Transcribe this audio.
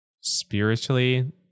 spiritually